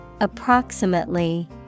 Approximately